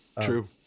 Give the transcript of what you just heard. true